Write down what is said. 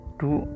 two